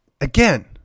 again